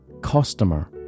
customer